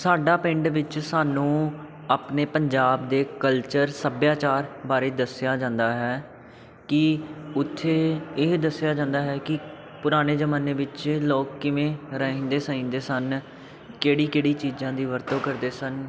ਸਾਡਾ ਪਿੰਡ ਵਿੱਚ ਸਾਨੂੰ ਆਪਣੇ ਪੰਜਾਬ ਦੇ ਕਲਚਰ ਸੱਭਿਆਚਾਰ ਬਾਰੇ ਦੱਸਿਆ ਜਾਂਦਾ ਹੈ ਕਿ ਉੱਥੇ ਇਹ ਦੱਸਿਆ ਜਾਂਦਾ ਹੈ ਕਿ ਪੁਰਾਣੇ ਜ਼ਮਾਨੇ ਵਿੱਚ ਲੋਕ ਕਿਵੇਂ ਰਹਿੰਦੇ ਸਹਿੰਦੇ ਸਨ ਕਿਹੜੀ ਕਿਹੜੀ ਚੀਜ਼ਾਂ ਦੀ ਵਰਤੋਂ ਕਰਦੇ ਸਨ